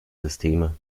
systeme